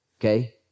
okay